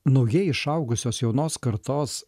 naujai išaugusios jaunos kartos